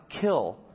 kill